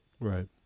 right